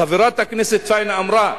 חברת הכנסת פניה אמרה,